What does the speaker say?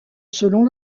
selon